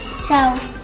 so.